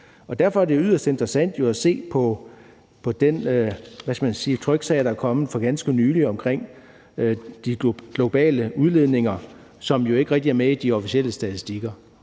Derfor er det yderst interessant at se på den tryksag, der er kommet for ganske nylig, om de globale udledninger, som jo ikke rigtig er med i de officielle statistikker.